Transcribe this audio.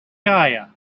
gaia